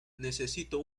necesito